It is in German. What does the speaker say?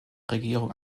regierung